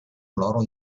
loro